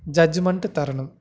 judgement தரணும்